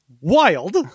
Wild